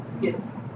Yes